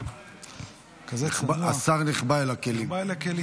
כנסת נכבדה,